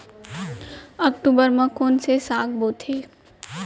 अक्टूबर मा कोन से साग बोथे?